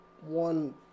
one